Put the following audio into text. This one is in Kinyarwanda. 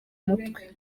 mutwe